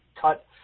cut